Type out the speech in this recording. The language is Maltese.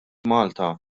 malta